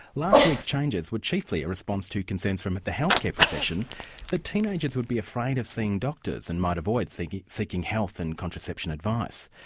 last week's changes were chiefly a response to concerns from the healthcare profession that teenagers would be afraid of seeing doctors and might avoid seeking seeking health and contraception advice.